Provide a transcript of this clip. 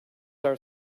are